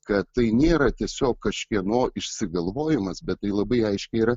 kad tai nėra tiesiog kažkieno išsigalvojimas bet tai labai aiškiai yra